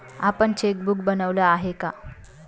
आपण चेकबुक बनवलं आहे का?